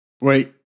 Wait